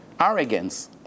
Arrogance